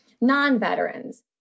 non-veterans